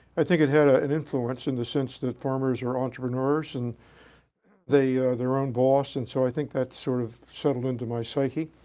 i think it had ah and influence in the sense that farmers are entrepreneurs. and they are their own boss. and so i think that's sort of settled into my psyche.